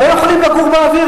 הם לא יכולים לגור באוויר.